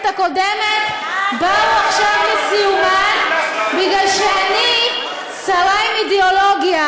הקודמת באו עכשיו לסיומן מפני שאני שרה עם אידיאולוגיה,